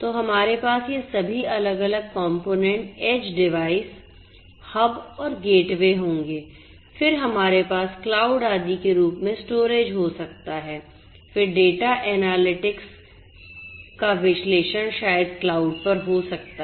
तो हमारे पास ये सभी अलग अलग कॉम्पोनेन्ट एज डिवाइस हब और गेटवे होंगे फिर हमारे पास क्लाउड आदि के रूप में स्टोरेज हो सकता है फिर डेटा एनालिटिक्स का विश्लेषण शायद क्लाउड पर हो सकता है